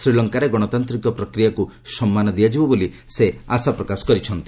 ଶ୍ରୀଲଙ୍କାରେ ଗଣତାନ୍ତିକ ପ୍ରକ୍ରିୟାକୁ ସନ୍ମାନ ଦିଆଯିବ ବୋଲି ସେ ଆଶା ପ୍ରକାଶ କରିଛନ୍ତି